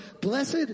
blessed